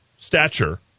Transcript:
stature